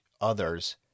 others